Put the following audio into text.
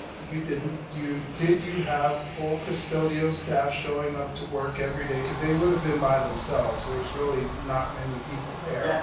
you didn't, did you have full custodial staff showing up to work every day? cause they would have been by themselves. there was really not many people there. yeah